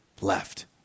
left